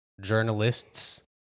journalists